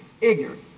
ignorant